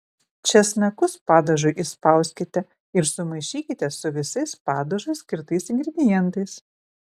česnakus padažui išspauskite ir sumaišykite su visais padažui skirtais ingredientais